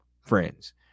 friends